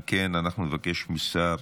אם כן, אנחנו נבקש משר